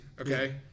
okay